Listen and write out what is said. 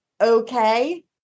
okay